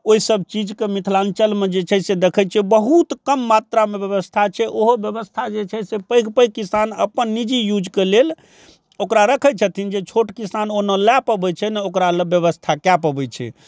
ओइ सब चीजके मिथिलाञ्चलमे जे छै से देखै छियै बहुत कम मात्रामे व्यवस्था छै ओहो व्यवस्था जे छै से पैघ पैघ किसान अपन निजी यूजके लेल ओकरा रखै छथिन जे छोट किसान ओ नहि लए पबै छै ने ओकरा लए व्यवस्था कए पबै छै